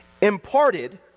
imparted